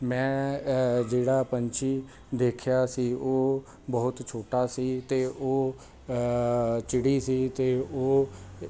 ਮੈਂ ਜਿਹੜਾ ਪੰਛੀ ਦੇਖਿਆ ਸੀ ਉਹ ਬਹੁਤ ਛੋਟਾ ਸੀ ਅਤੇ ਉਹ ਚਿੜੀ ਸੀ ਅਤੇ ਉਹ ਚਿੜੀ ਸੀ ਅਤੇ ਉਹ